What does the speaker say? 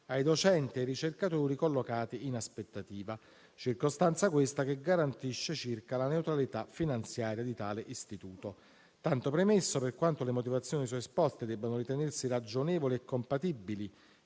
ai docenti e ai ricercatori universitari collocati in aspettativa, circostanza, questa, che garantisce circa la neutralità finanziaria di tale istituto. Tanto premesso, per quanto le motivazioni suesposte debbano ritenersi ragionevoli e compatibili